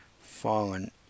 Fallen